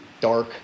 dark